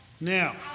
Now